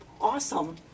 awesome